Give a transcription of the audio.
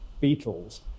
beetles